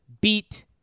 beat